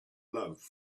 love